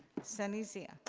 sunny zia?